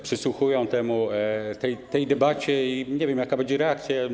Przysłuchują się tej debacie i nie wiem, jaka będzie reakcja.